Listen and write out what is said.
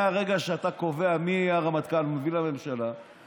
מהרגע שאתה קובע מי יהיה הרמטכ"ל ומביא לממשלה,